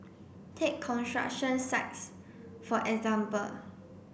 take construction sites for example